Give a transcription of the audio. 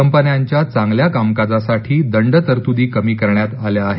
कंपन्यांच्या चांगल्या कामकाजासाठी दंड तरतुदी कमी करण्यात आल्या आहेत